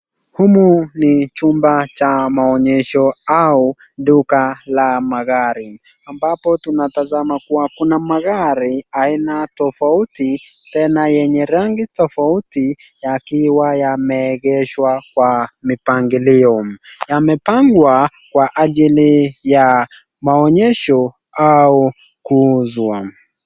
Humu ni chumba cha maonyesho au duka la magari ambapo tunatasama kuwa kuna magari aina tofauti tena yenye rangi tofauti yakiwa yameegeshwa kwa mipangilio. Yamepangwa kwa ajili ya maonyesho au kuuzwa.